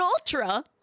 Ultra